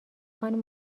خانم